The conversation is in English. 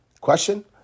Question